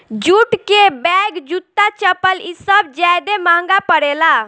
jute के bag, जूता, चप्पल इ सब ज्यादे महंगा परेला